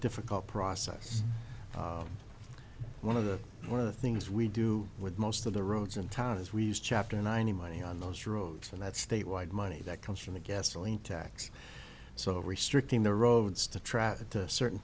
difficult process one of the one of the things we do with most of the roads in town is we use chapter nine imani on those roads and that state wide money that comes from the gasoline tax so restricting the roads to travel to certain